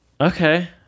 Okay